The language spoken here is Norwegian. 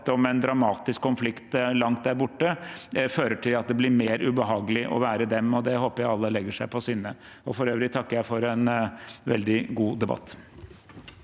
om en dramatisk konflikt langt der borte fører til at det blir mer ubehagelig å være dem. Det håper jeg alle legger seg på sinne. For øvrig takker jeg for en veldig god debatt.